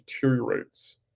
deteriorates